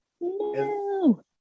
no